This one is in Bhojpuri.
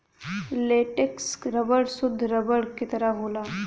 लेटेक्स रबर सुद्ध रबर के तरह होला